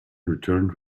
returned